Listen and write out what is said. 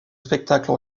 spectacles